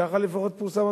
ככה לפחות פורסם,